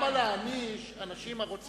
אם אדוני מוכן לציין את השמות של אלה שהיו.